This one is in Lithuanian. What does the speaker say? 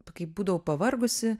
kaip būdavau pavargusi